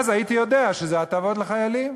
אז הייתי יודע שזה הטבות לחיילים,